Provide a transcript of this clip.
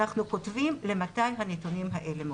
אנחנו כותבים למתי הנתונים האלה מעודכנים.